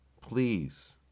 please